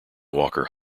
walker